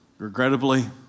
Regrettably